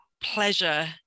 pleasure